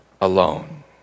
alone